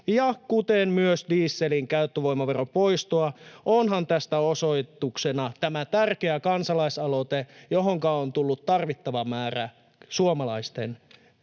kuten myös dieselin käyttövoimaveron poistoa — onhan tästä osoituksena tämä tärkeä kansalaisaloite, johonka on tullut tarvittava määrä suomalaisten tärkeitä